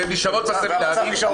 והמצב נשאר אותו דבר.